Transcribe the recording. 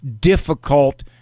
difficult